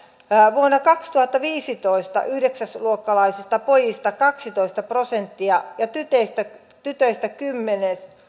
vuonna kaksituhattaviisitoista yhdeksäsluokkalaisista pojista kaksitoista prosenttia ja tytöistä tytöistä kymmenen prosenttia